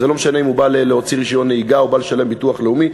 וזה לא משנה אם הוא בא להוציא רישיון נהיגה או בא לשלם ביטוח לאומי,